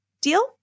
deal